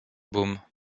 baume